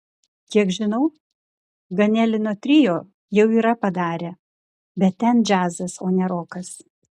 kiek žinau ganelino trio jau tai yra padarę bet ten džiazas o ne rokas